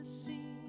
see